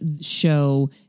show